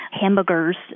hamburgers